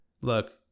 Look